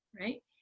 Right